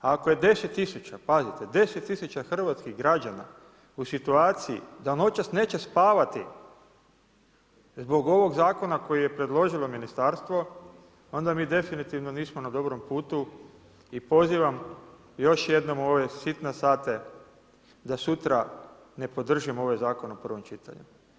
Ako je deset tisuća, pazite deset tisuća, hrvatskih građana u situaciji da noćas neće spavati zbog ovog zakona koji je predložilo ministarstvo onda mi definitivno nismo na dobrom putu i pozivam još jednom u ove sitne sate da sutra ne podržimo ovaj zakon u prvom čitanju.